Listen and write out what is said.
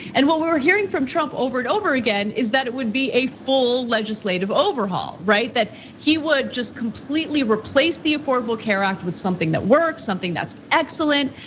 and what we're hearing from trump over and over again is that it would be a full legislative overhaul, right? that he would just completely replace the affordable care act with something that works, something that's excellent.